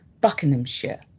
Buckinghamshire